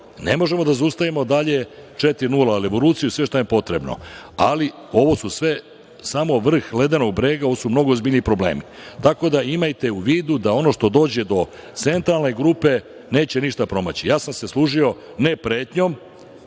Ne možemo da zaustavimo dalje četiri nula revoluciju sve šta je potrebno, ali ovo su sve samo vrh ledenog brega, ovo su mnogo ozbiljniji problemi. Tako da imajte u vidu da ono što dođe do centralne grupe neće ništa promaći. Ja sam se služio, ne pretnjom,